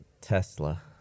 Tesla